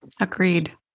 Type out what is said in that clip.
Agreed